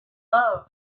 love